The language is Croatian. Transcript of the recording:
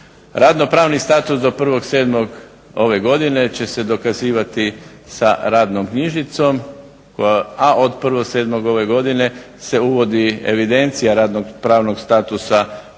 Radno-pravni status do 1.7. ove godine će se dokazivati sa radnom knjižicom, a od 1.7. ove godine se uvodi evidencija radno-pravnog statusa